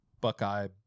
buckeye